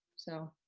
so,